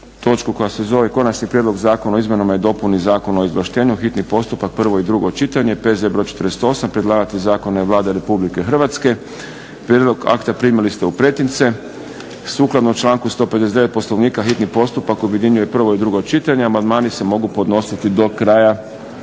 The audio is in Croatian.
točku koja se zove - Konačni prijedlog Zakona o izmjenama i dopuni Zakona o izvlaštenju, hitni postupak, prvo i drugo čitanje, P.Z. br. 48 Predlagatelj zakona je Vlada Republike Hrvatske. Prijedlog akta primili ste u pretince. Sukladno članku 159. Poslovnika hitni postupak objedinjuje prvo i drugo čitanje. Amandmani se mogu podnositi do kraja